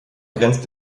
grenzt